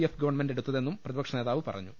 F government എടുത്തതെന്നും പ്രതിപക്ഷ നേതാവ് പറഞ്ഞു